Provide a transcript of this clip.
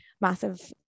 massive